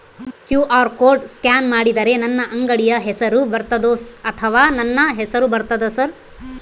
QR code scan ಮಾಡಿದರೆ ನನ್ನ ಅಂಗಡಿ ಹೆಸರು ಬರ್ತದೋ ಅಥವಾ ನನ್ನ ಹೆಸರು ಬರ್ತದ ಸರ್?